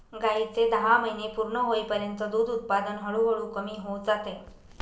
गायीचे दहा महिने पूर्ण होईपर्यंत दूध उत्पादन हळूहळू कमी होत जाते